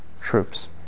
troops